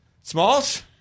Smalls